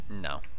No